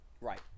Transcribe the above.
Right